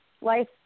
life